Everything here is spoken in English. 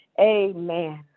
Amen